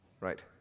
Right